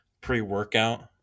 pre-workout